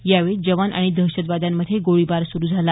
यावेळी जवान आणि दहशतवाद्यांमध्ये गोळीबार सुरू झाला